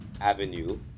Avenue